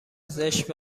زشت